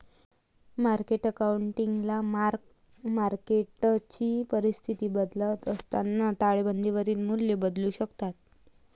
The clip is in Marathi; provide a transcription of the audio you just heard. मार्केट अकाउंटिंगला मार्क मार्केटची परिस्थिती बदलत असताना ताळेबंदावरील मूल्ये बदलू शकतात